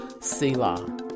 Selah